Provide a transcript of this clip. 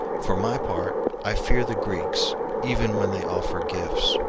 for my part, i fear the greeks even when they offer gifts.